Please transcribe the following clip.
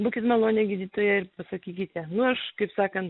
būkit maloni gydytoja ir pasakykite nu aš kaip sakant